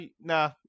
Nah